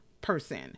person